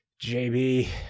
JB